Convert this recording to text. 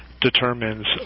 determines